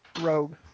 rogue